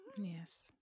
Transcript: Yes